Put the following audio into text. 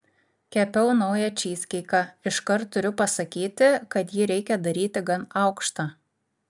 kepiau naują čyzkeiką iškart turiu pasakyti kad jį reikia daryti gan aukštą